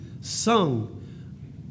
sung